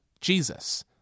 Jesus